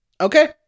Okay